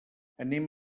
anem